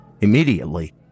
Immediately